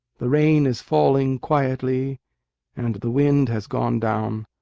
the rain is falling quietly and the wind has gone down,